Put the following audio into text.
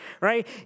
right